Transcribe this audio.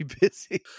busy